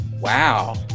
Wow